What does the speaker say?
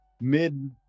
mid